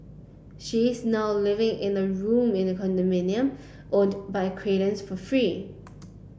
she is now living in a room in a condominium owned by an acquaintance for free